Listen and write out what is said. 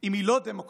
אם היא לא דמוקרטית,